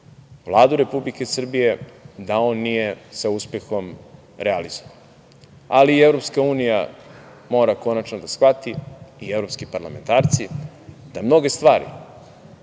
Vladu Republike Srbije da on nije sa uspehom realizovan. Ali, i EU mora konačno da shvati i evropski parlamentarci da mnoge stvari